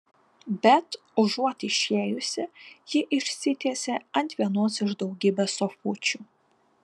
bet užuot išėjusi ji išsitiesė ant vienos iš daugybės sofučių